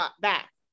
back